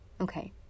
Okay